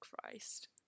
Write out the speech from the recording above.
Christ